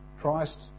Christ